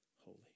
holy